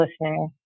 listening